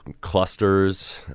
clusters